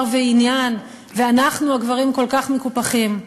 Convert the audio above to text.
ועניין ואנחנו הגברים כל כך מקופחים?